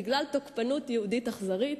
בגלל תוקפנות יהודית אכזרית,